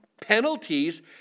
penalties